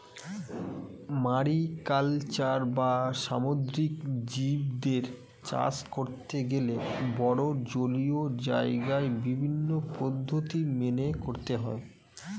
mariculture বা সামুদ্রিক জীবদের চাষ করতে গেলে বড়ো জলীয় জায়গায় বিভিন্ন পদ্ধতি মেনে করতে হয়